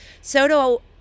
Soto